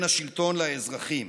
בין השלטון לאזרחים.